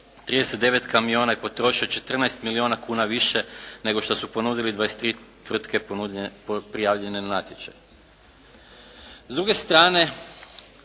39 kamiona i potrošio 14 milijuna kuna više nego što su ponudile 23 tvrtke prijavljene na natječaj.